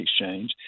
exchange